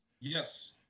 Yes